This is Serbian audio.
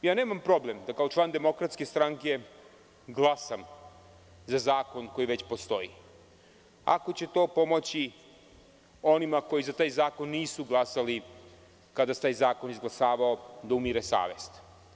Nemam problem da, kao član DS, glasam za zakon koji već postoji, ako će to pomoći onima koji za taj zakon nisu glasali, kada se taj zakon izglasavao, da umire savest.